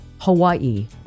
Hawaii